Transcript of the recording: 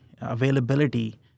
availability